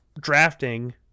drafting